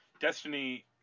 Destiny